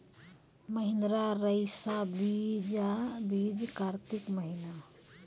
महिंद्रा रईसा बीज कार्तिक महीना?